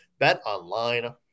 Betonline